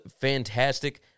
fantastic